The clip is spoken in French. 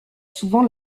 souvent